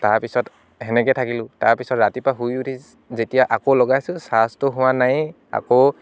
তাৰপিছত সেনেকে থাকিলোঁ তাৰপিছত ৰাতিপুৱা শুই উঠি যেতিয়া আকৌ লগাইছোঁ চাৰ্জটো হোৱা নায়েই আকৌ